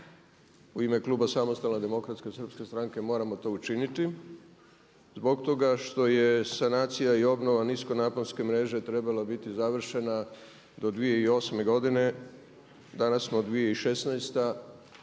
u ime kluba SDSS-a moramo to učiniti, zbog toga što je sanacija i obnova niskonaponske mreže trebala biti završena do 2008. godine. Danas smo 2016. taj